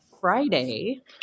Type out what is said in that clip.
Friday